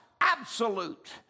absolute